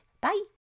Bye